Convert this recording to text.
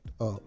up